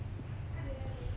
hmm but he's so cute